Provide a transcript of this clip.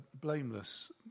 blameless